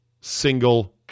single